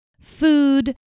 food